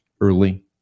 Early